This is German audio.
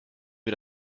wir